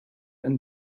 and